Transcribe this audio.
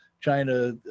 China